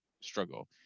struggle